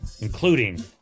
including